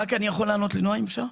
רק אני יכול לענות לנועה, אם אפשר?